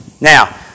Now